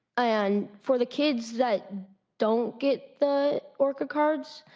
and for the kids that don't get the orca cards,